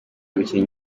gukina